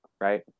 right